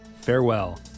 Farewell